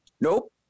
nope